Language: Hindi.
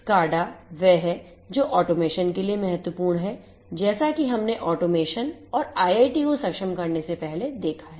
SCADA वह है जो automation के लिए महत्वपूर्ण है जैसा कि हमने automation और IIoT को सक्षम करने से पहले देखा है